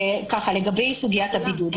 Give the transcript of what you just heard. לגבי סוגיית הבידוד,